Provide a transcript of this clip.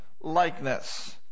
likeness